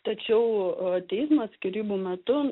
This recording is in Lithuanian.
tačiau teismas skyrybų metu